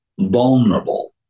vulnerable